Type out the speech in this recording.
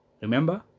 remember